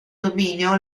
dominio